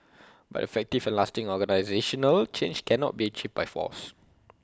but effective and lasting organisational change cannot be achieved by force